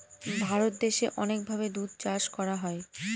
ভারত দেশে অনেক ভাবে দুধ চাষ করা হয়